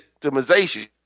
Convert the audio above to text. victimization